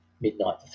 midnight